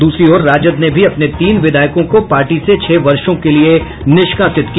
दूसरी ओर राजद ने भी अपने तीन विधायकों को पार्टी से छह वर्षो के लिए निष्कांसित किया